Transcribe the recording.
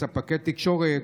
ספקי תקשורת,